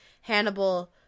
Hannibal